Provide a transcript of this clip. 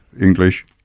English